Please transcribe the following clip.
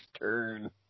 turn